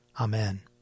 Amen